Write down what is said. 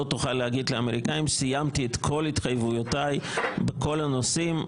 לא תוכל להגיד לאמריקנים: סיימתי את כל התחייבויותיי בכל הנושאים.